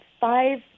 five